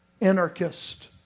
anarchist